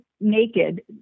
naked